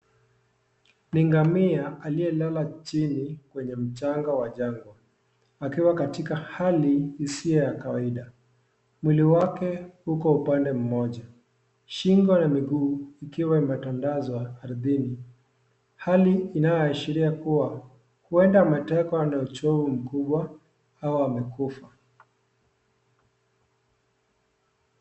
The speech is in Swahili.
Ni ngamia aliyelala chini kwenye mchanga wa jangwa akiwa katika hali isiyo ya kawaida. Mwili wake uko upande moja shingo na miguu ikiwa imetandazwa ardhini, hali inayoashiria kuwa huenda ametekwa na choo mkubwa au amekufa.